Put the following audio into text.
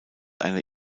eine